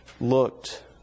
looked